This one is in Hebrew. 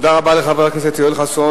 תודה רבה לחבר הכנסת יואל חסון.